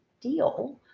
deal